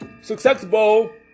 successful